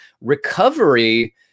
Recovery